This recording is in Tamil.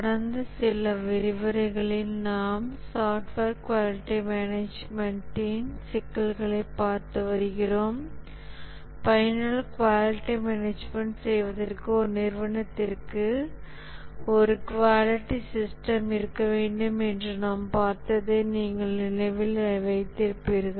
கடந்த சில விரிவரைகளில் நாம் சாஃப்ட்வேர் குவாலிட்டி மேனேஜ்மென்ட்டின் சிக்கல்களைப் பார்த்து வருகிறோம் பயனுள்ள குவாலிட்டி மேனேஜ்மென்ட் செய்வதற்கு ஒரு நிறுவனத்திற்கு ஒரு குவாலிட்டி சிஸ்டம் இருக்க வேண்டும் என்று நாம் பார்த்ததை நீங்கள் நினைவில் வைத்திருப்பீர்கள்